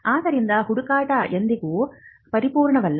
ಆದ್ದರಿಂದ ಹುಡುಕಾಟ ಎಂದಿಗೂ ಪರಿಪೂರ್ಣವಲ್ಲ